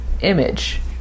image